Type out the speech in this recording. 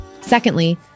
Secondly